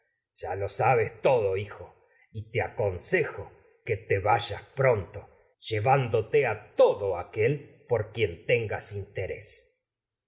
ya lo sabes todo pronto hijo todo aconsejo por que te vayas llevándote a aquel quien tengas interés